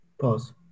Pause